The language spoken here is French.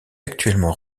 actuellement